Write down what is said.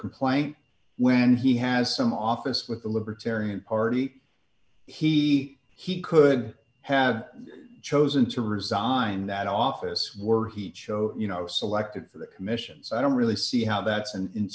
complaint when he has some office with the libertarian party he he could have chosen to resign that office where he chose you know selected for the commissions i don't really see how that's an in